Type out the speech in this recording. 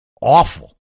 awful